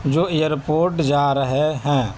جو airport جا رہے ہیں